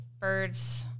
birds